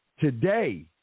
today